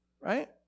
right